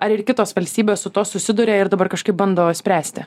ar ir kitos valstybės su tuo susiduria ir dabar kažkaip bando spręsti